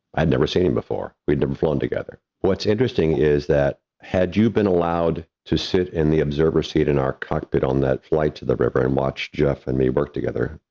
i had never seen him before, we'd never flown together. what's interesting is that had you been allowed to sit in the observer seat in our cockpit on that flight to the river and watch jeff and me work together,